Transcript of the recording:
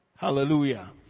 Hallelujah